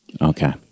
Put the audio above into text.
Okay